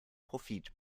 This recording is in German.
profit